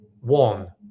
One